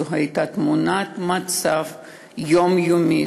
זו הייתה תמונת מצב יומיומית.